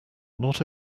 not